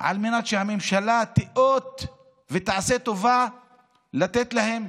על מנת שהממשלה תיאות ותעשה טובה לתת להם,